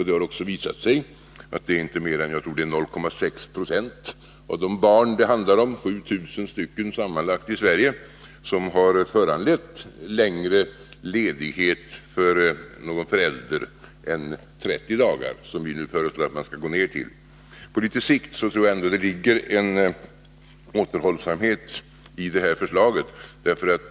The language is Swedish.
Det har också visat sig att inte mer än 0,6 26 av de barn det handlar om, sammanlagt 7 000 i Sverige, har föranlett längre ledighet för någon förälder än 30 dagar, som vi nu föreslår att man skall gå ned till. På litet sikt tror jag ändå att det behövs en viss återhållsamhet.